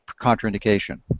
contraindication